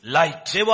light